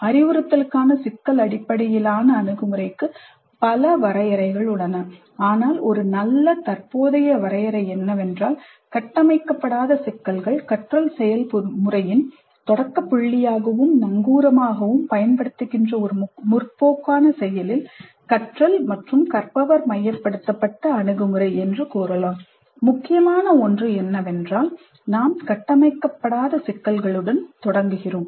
அறிவுறுத்தலுக்கான சிக்கல் அடிப்படையிலான அணுகுமுறைக்கு பல வரையறைகள் உள்ளன ஆனால் ஒரு நல்ல தற்போதைய வரையறை என்னவென்றால் "கட்டமைக்கப்படாத சிக்கல்கள் கற்றல் செயல்முறையின் தொடக்க புள்ளியாகவும் நங்கூரமாகவும் பயன்படுத்தப்படுகின்ற ஒரு முற்போக்கான செயலில் கற்றல் மற்றும் கற்பவர் மையப்படுத்தப்பட்ட அணுகுமுறை" என்று கூறலாம் முக்கியமான ஒன்று என்னவென்றால் நாம் கட்டமைக்கப்படாத சிக்கல்களுடன் தொடங்குகிறோம்